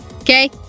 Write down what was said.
Okay